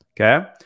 okay